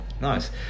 Nice